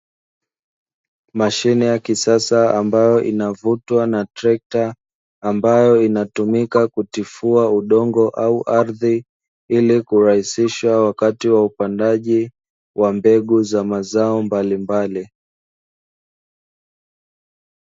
Mashine ya kisasa ambayo inavutwa na trekta, ambayo inatumika kutifua udongo au ardhi ili kurahisisha wakati wa upandaji wa mbegu za mazao mbalimbali.